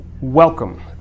welcome